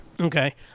Okay